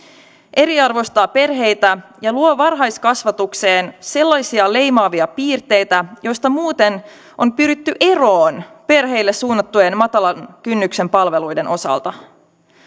eriarvoistaa perheitä ja luo varhaiskasvatukseen sellaisia leimaavia piirteitä joista muuten on pyritty eroon perheille suunnattujen matalan kynnyksen palveluiden osalta